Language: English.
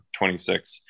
26